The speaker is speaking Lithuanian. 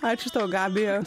ačiū tau gabija